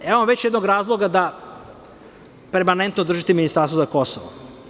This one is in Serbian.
Evo već jednog razloga da permanentno držite ministarstvo za Kosovo.